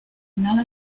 finale